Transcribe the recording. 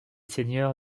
seigneur